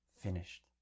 finished